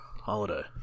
holiday